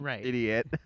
idiot